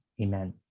Amen